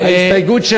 ההסתייגות,